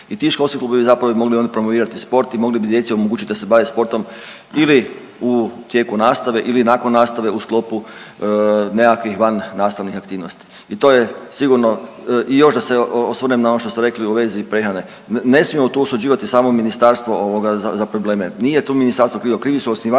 i ti školski klubovi zapravo bi onda mogli promovirati sport i mogli bi djeci omogućiti da se bave sportom ili u tijeku nastave ili nakon nastave u sklopu nekakvih vannastavnih aktivnosti i to je sigurno. I još da se osvrnem na ono što ste rekli u vezi prehrane, ne smijemo tu osuđivati samo ministarstvo za probleme, nije tu ministarstvo krivi, krivi su osnivači